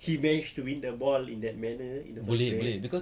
he managed to win the ball in that manner in the first place